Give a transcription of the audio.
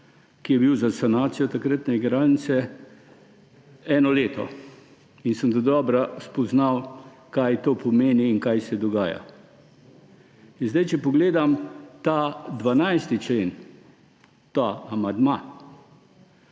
ki je bil za sanacijo takratne igralnice. In sem dodobra spoznal, kaj to pomeni in kaj se dogaja. In če pogledam ta 12. člen, ta amandma,